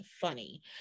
funny